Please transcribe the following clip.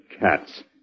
cats